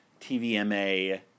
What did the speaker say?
TVMA